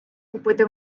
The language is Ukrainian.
купити